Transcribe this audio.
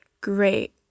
great